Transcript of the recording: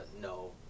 no